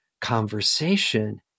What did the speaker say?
conversation